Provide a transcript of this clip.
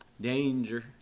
Danger